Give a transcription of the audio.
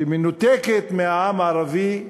שמנותקת מהעם הערבי,